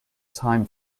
time